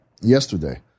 yesterday